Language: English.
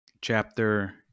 Chapter